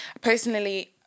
personally